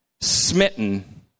smitten